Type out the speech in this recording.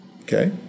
okay